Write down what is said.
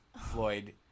Floyd